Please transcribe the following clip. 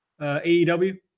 AEW